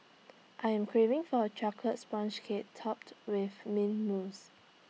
I am craving for A Chocolate Sponge Cake Topped with Mint Mousse